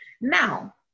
Now